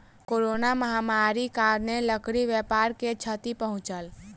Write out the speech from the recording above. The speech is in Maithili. कोरोना महामारीक कारणेँ लकड़ी व्यापार के क्षति पहुँचल